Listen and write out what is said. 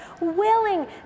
willing